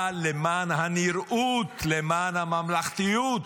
אבל למען הנראות, למען הממלכתיות,